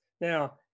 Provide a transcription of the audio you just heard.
Now